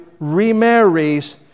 remarries